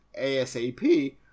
asap